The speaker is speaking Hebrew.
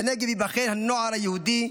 --- בנגב ייבחן הנוער היהודי,